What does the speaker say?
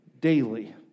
daily